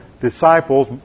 disciples